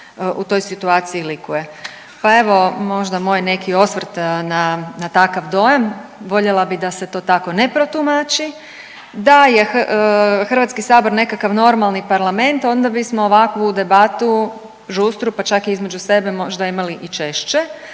u toj situaciji likuje pa evo, možda moj neki osvrt na takav dojam, voljela bih da se to tako ne protumači. Da je HS nekakav normalni parlament, onda bismo ovakvu debatu žustru, pa čak i između sebe možda imali i češće,